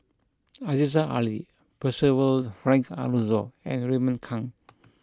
Aziza Ali Percival Frank Aroozoo and Raymond Kang